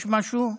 יש משהו?